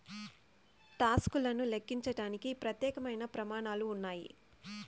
talks లను లెక్కించడానికి ప్రత్యేకమైన ప్రమాణాలు ఉన్నాయి